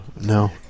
no